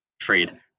trade